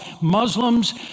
Muslims